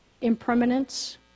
impermanence